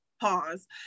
pause